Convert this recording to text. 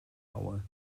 aue